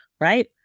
right